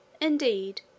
Indeed